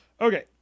Okay